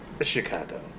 Chicago